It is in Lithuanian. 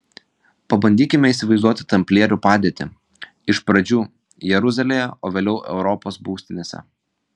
pabandykime įsivaizduoti tamplierių padėtį iš pradžių jeruzalėje o vėliau europos būstinėse